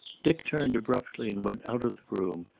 dick turned abruptly and went out of the room,